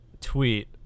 Tweet